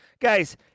guys